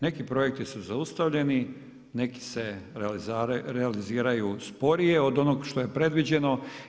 Neki projekti su zaustavljani, neki se realiziraju sporije od onoga što je predviđeno.